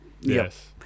Yes